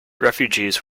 refugees